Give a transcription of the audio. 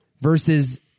versus